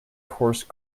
coarse